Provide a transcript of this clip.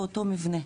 באותו מבנה.